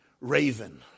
raven